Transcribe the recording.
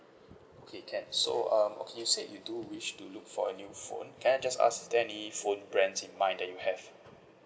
okay can so um okay you said you do wish to look for a new phone can I just ask is there any phone brands in mind that you have